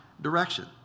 direction